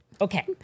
Okay